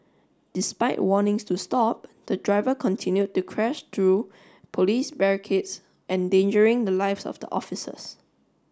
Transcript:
despite warnings to stop the driver continued to crash through police barricades endangering the lives of the officers